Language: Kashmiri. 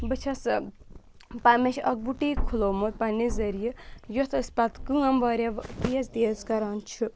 بہٕ چھس مےٚ چھِ اَکھ بُٹیٖک کھُلومُت پںٛنہِ ذٔریعہٕ یُتھ أسۍ پَتہٕ کٲم واریاہ تیز تیز کَران چھِ